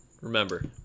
remember